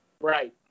Right